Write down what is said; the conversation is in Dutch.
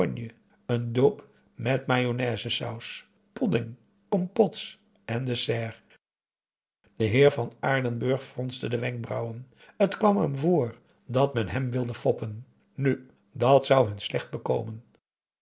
een daube met mayonnaise saus podding compôtes en dessert de heer van aardenburg fronste de wenkbrauwen het kwam hem voor dat men hem wilde foppen nu dat zou hun slecht bekomen